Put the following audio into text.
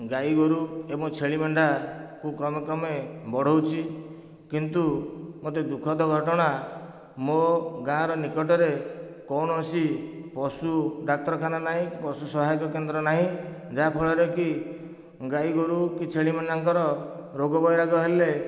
ଗାଈ ଗୋରୁ ଏବଂ ଛେଳି ମେଣ୍ଢାକୁ କ୍ରମେ କ୍ରମେ ବଢ଼ାଉଛି କିନ୍ତୁ ମୋତେ ଦୁଃଖଦ ଘଟଣା ମୋ' ଗାଆଁର ନିକଟରେ କୌଣସି ପଶୁ ଡାକ୍ତରଖାନା ନାହିଁ କି ପଶୁ ସହାୟକ କେନ୍ଦ୍ର ନାହିଁ ଯାହା ଫଳରେ କି ଗାଈ ଗୋରୁ କି ଛେଳି ମେଣ୍ଢାଙ୍କର ରୋଗ ବଇରାଗ ହେଲେ